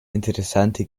interessante